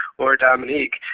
or dominique.